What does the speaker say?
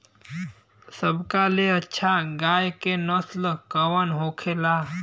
सबका ले अच्छा गाय के नस्ल कवन होखेला?